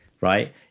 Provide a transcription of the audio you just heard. right